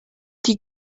die